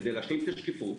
כדי להשלים את השקיפות,